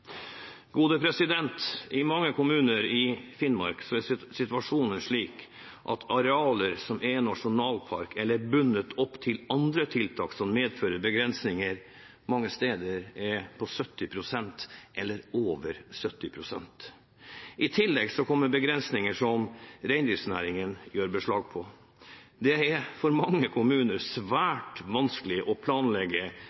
I mange kommuner i Finnmark er situasjonen slik at arealet som er nasjonalpark, eller bundet opp til andre tiltak som medfører begrensninger, utgjør 70 pst., eller over 70 pst. I tillegg kommer begrensninger som reindriftsnæringen gjør beslag på. Det er for mange kommuner